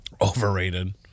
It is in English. Overrated